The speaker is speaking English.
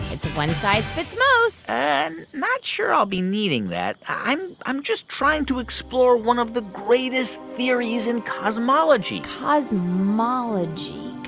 it's one size fits most not sure i'll be needing that. i'm i'm just trying to explore one of the greatest theories in cosmology cosmology,